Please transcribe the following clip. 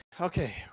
okay